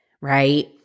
right